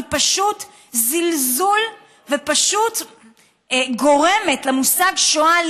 היא פשוט זלזול ופשוט גורמת למושג "שואה"